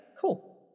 cool